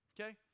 Okay